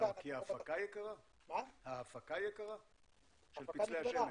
ההפקה יקרה, של פצלי השמן?